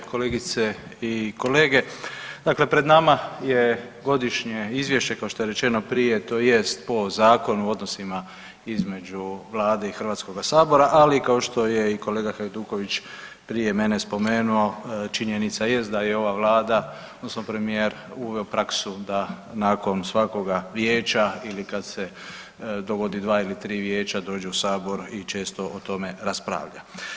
Kolegice i kolege, dakle pred nama je godišnje izvješće kao što je rečeno prije to jest po Zakonu o odnosima između vlade i Hrvatskoga sabora, ali kao što je i kolega Hajduković prije mene spomenuo činjenica jest da je ova vlada odnosno premijer uveo praksu da nakon svakoga vijeća ili kad se dogodi 2 ili 3 vijeća dođe u sabor i često o tome raspravlja.